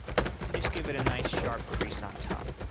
and just give it a nice sharp crease on top.